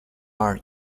are